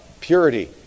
purity